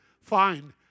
fine